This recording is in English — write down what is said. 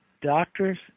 doctors